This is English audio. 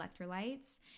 electrolytes